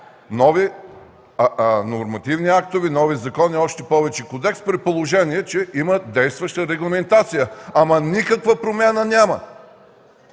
нови нормативни актове и нови закони, още повече кодекс, при положение че има действаща регламентация. Никаква промяна няма